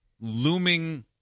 looming